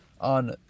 on